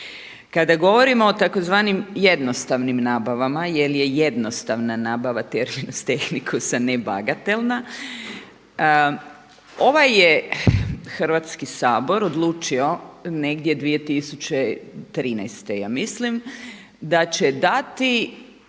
Kada govorimo o tzv. jednostavnim nabavama jer je jednostavna nabava …/Govornik se ne razumije./… a ne bagatelna. Ovaj je Hrvatski sabor odlučio negdje 2013. ja mislim da će dati